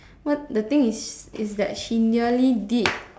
what the thing is is that she nearly did